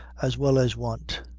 as well as want.